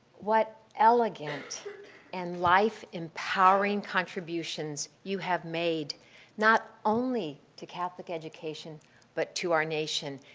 what elegant and life-empowering contributions you have made not only to catholic education but to our nation.